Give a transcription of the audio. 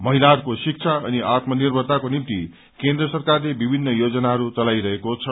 महिलाहरूको शिक्षा अनि आत्मा निर्भरताको निम्ति केन्द्र सरकारले विभिन्न योजनाहरू चलाइरहेको छ